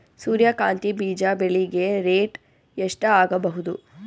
ಸೂರ್ಯ ಕಾಂತಿ ಬೀಜ ಬೆಳಿಗೆ ರೇಟ್ ಎಷ್ಟ ಆಗಬಹುದು?